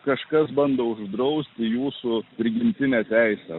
kažkas bando uždrausti jūsų prigimtinę teisę